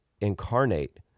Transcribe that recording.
incarnate